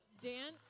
Dan